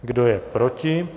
Kdo je proti?